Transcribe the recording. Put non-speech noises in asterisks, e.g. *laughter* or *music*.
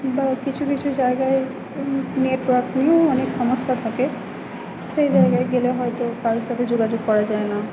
বা কিছু কিছু জায়গায় নেটওয়ার্ক নিয়েও অনেক সমস্যা থাকে সে *unintelligible* গেলে হয়তো কারোর সাথে যোগাযোগ করা যায় না